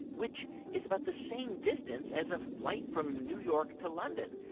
which is about the same distance as a flight from new york to london,